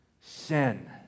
sin